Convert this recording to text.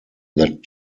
that